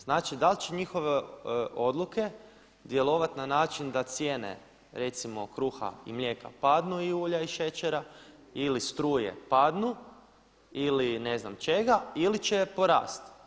Znači da li će njihove odluke djelovati na način da cijene recimo kruha i mlijeka padnu i ulja i šećera ili struje padnu ili ne znam čega ili će porasti.